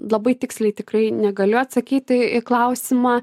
labai tiksliai tikrai negaliu atsakyti į klausimą